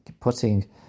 putting